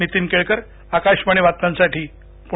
नीतीन केळकरआकाशवाणी बातम्यांसाठी प्णे